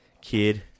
Kid